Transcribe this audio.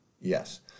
Yes